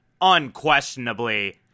unquestionably